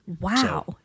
Wow